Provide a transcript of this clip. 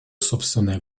собственное